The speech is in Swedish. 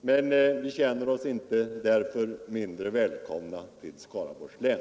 Men vi känner oss inte mindre välkomna till Skaraborgs län.